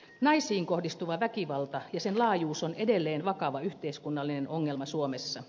naisiin kohdistuva väkivalta ja sen laajuus on edelleen vakava yhteiskunnallinen ongelma suomessa